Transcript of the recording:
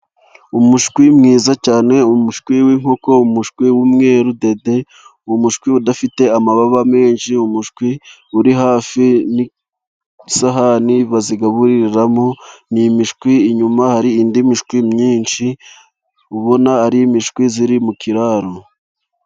Umushwi mwiza cyane, umushwi w'inkoko, umushwi w'umweru dede, mushwi udafite amababa menshi, umushwi uri hafi n'isahani bazigaburiramo, ni imishwi inyuma, hari indi mishwi myinshi, ubona ari imishwi iri mu kiraro.